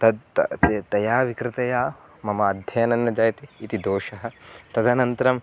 तत् ते तया विकृतया मम अध्ययनं न जायते इति दोषः तदनन्तरम्